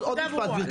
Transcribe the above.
הנקודה ברורה.